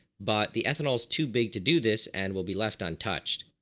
but the ethanol is too big to do this and will be left untouched.